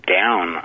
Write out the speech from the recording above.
down